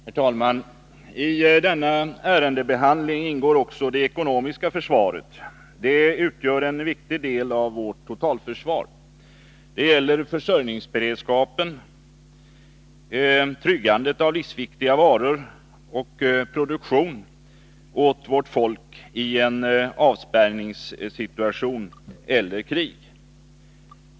Herr talman! I denna ärendebehandling ingår också det ekonomiska försvaret. Det utgör en viktig del av vårt totalförsvar. Det gäller försörjningsberedskapen, tryggandet av livsviktiga varor och produktion åt vårt folk i en avspärrningssituation eller krig.